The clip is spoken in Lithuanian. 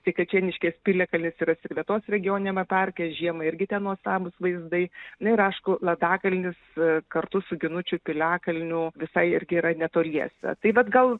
tai kačėniškės piliakalnis yra sirvetos regioniniame parke žiemą irgi ten nuostabūs vaizdai na ir aišku latakalnis kartu su ginučių piliakalniu visai irgi yra netoliese tai vat gal